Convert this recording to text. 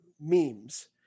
memes